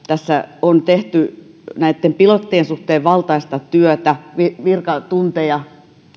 tässä on tehty näitten pilottien suhteen valtaista työtä virkatunteja